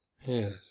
yes